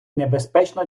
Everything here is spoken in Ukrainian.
небезпечно